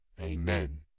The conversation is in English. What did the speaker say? Amen